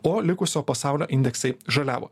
o likusio pasaulio indeksai žaliavo